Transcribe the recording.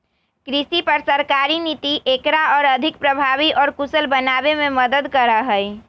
कृषि पर सरकारी नीति एकरा और अधिक प्रभावी और कुशल बनावे में मदद करा हई